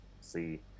see